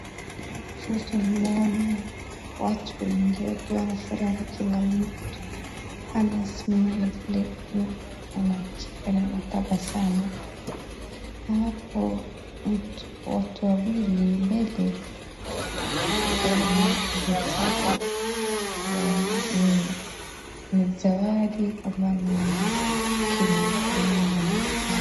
Tunamuona watu wengi wakiwa wanafurahi kila mtu. Ana smile yaani, anacheka na anatabasamu. Hapo watu wawili mbele wana vitabu sijui ama ni nini. Ni zawadi ama ni nini. Lakini tunaona wanafurahi.